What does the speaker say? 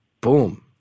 boom